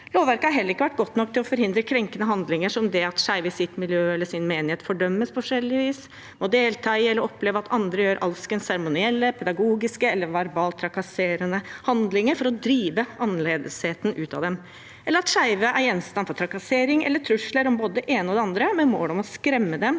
Lovverket har heller ikke vært godt nok til å forhindre krenkende handlinger, som det at skeive i sitt miljø eller sin menighet fordømmes på forskjellige vis, at de må delta i eller oppleve at andre gjør alskens seremonielle, pedagogiske eller verbalt trakasserende handlinger for å drive annerledesheten ut av dem, eller at skeive er gjenstand for trakassering eller trusler om både det ene og det andre, med mål om å skremme dem